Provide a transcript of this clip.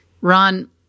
Ron